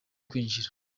kwinjira